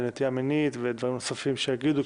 נטייה מינית ודברים נוספים שיגידו,